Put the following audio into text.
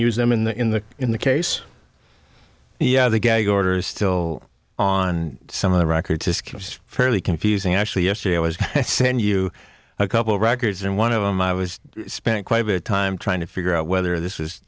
use them in the in the in the case yeah the gag orders still on some of the record to skew was fairly confusing actually yesterday i was send you a couple of records and one of them i was spending quite a bit of time trying to figure out whether this was